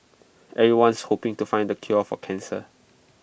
everyone's hoping to find the cure for cancer